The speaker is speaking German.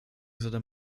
saddam